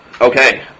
Okay